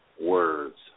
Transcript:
words